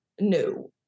no